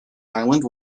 island